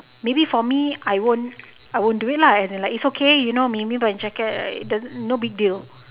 maybe for me I won't I won't do it lah as in like it's okay you know maybe my jacket it doesn't no big deal